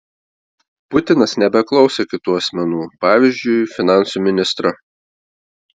putinas nebeklauso kitų asmenų pavyzdžiui finansų ministro